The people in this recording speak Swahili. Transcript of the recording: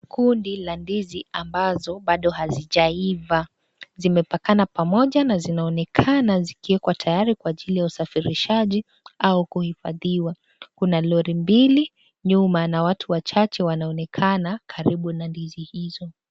Kundi la ndizi ambazo bado hazijaiva zimepakana pamoja na zinaonekana zikiwekwa tayari kwa ajili ya usafirishaji au kuhifadhiwa. Kuna lori mbili nyuma na watu wachache wanaonekana karibu na ndizi hizo.